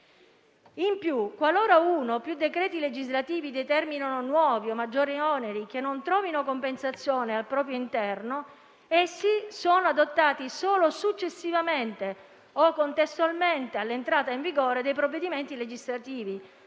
In più, qualora uno o più decreti legislativi determinino nuovi o maggiori oneri che non trovino compensazione al proprio interno, essi sono adottati solo successivamente o contestualmente all'entrata in vigore dei provvedimenti legislativi